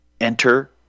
enter